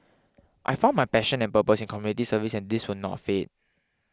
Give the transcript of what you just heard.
I found my passion and purpose in community service and this will not fade